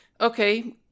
Okay